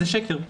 זה שקר.